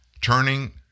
Turning